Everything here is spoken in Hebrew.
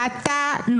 זה לא